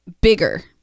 bigger